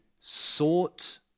sought